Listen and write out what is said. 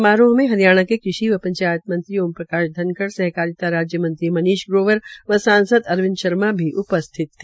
समारोह में हरियाणा के कृषि व पंचायत मंत्री ओम प्रकाश धनखड़ सहकारिता राज्य मंत्री मनीष ग्रोवर व सांसद अरविंद शर्मा भी मौजूद रहे